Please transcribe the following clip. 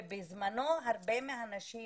בזמנו, הרבה מהנשים